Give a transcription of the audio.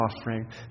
offering